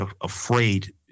afraid